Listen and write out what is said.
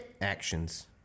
actions